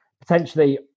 potentially